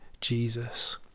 Jesus